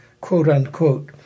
quote-unquote